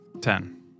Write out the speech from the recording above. Ten